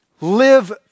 live